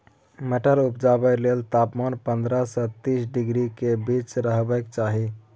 मटर उपजाबै लेल तापमान पंद्रह सँ तीस डिग्री केर बीच रहबाक चाही